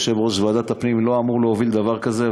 יושב-ראש ועדת הפנים לא אמור להוביל דבר כזה,